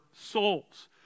souls